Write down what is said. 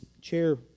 chair